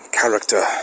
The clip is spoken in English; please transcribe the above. character